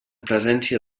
presència